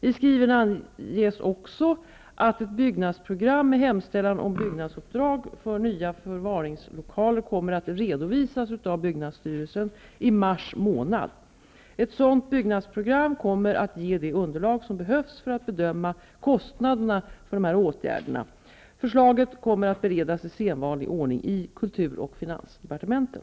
I skrivelsen anges också att ett byggnadsprogram med hemställan om bygg nadsuppdrag för nya förvaringslokaler kommer att redovisas av byggnads styrelsen i mars månad. Ett sådant byggnadsprogram kommet att ge det underlag som behövs för att bedöma kostnaderna för dessa åtgärder. Förslaget kommer att beredas i sed vanlig ordning i kultur och finansdepartementen.